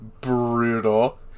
brutal